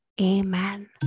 Amen